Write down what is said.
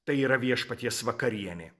tai yra viešpaties vakarienė